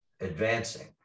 advancing